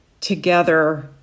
together